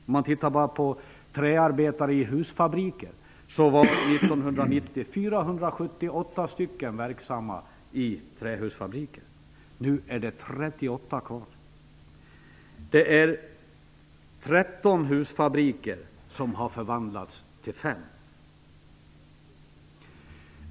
När det gäller träarbetare i husfabriker var 478 personer verksamma 1990. Nu är 38 personer kvar. 13 husfabriker har förvandlats till fem.